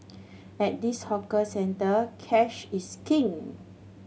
at this hawker centre cash is king